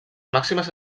màximes